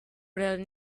really